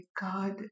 God